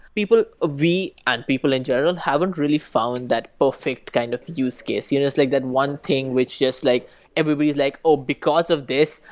people ah we, and people in general, haven't really fond that perfect kind of use case. you know it's like that one thing which like everybody is like, oh! because of this,